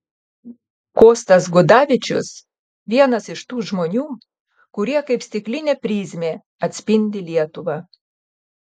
kostas gudavičius vienas iš tų žmonių kurie kaip stiklinė prizmė atspindi lietuvą